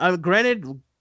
granted